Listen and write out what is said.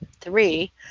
Three